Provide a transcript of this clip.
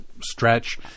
stretch